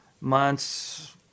months